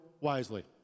wisely